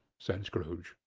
said scrooge.